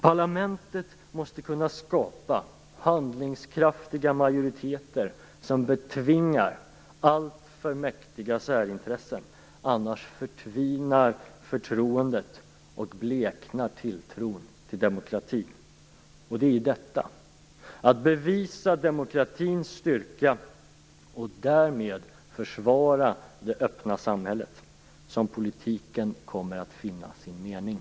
Parlamentet måste kunna skapa handlingskraftiga majoriteter som betvingar alltför mäktiga särintressen, annars förtvinar förtroendet och bleknar tilltron till demokratin. Och det är i detta - att bevisa demokratins styrka, och därmed försvara det öppna samhället - som politiken kommer att finna sin mening.